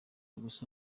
gusa